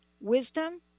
wisdom